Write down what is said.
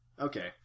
Okay